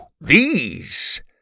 these